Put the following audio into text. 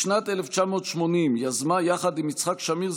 בשנת 1980 יזמה יחד עם יצחק שמיר,